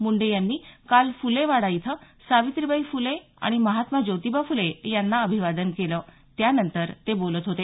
मुंडे यांनी काल फुले वाडा इथं सावित्रीबाई फुले आणि महात्मा ज्योतिबा फुले यांना अभिवादन केलं त्यानंतर ते बोलत होते